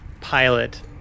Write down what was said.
pilot